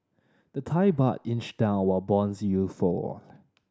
the Thai Baht inched down while bonds you for